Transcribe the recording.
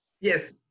Yes